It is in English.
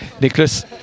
Nicholas